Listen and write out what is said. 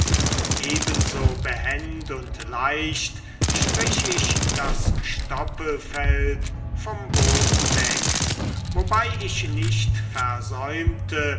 ebenso behend und leicht strich ich das stoppelfeld vom boden weg wobei ich nicht versäumte